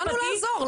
באנו לעזור.